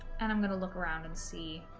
and i'm gonna look around and see